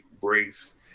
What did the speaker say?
brace